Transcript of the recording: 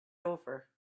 over